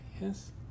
yes